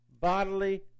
bodily